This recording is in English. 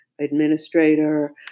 administrator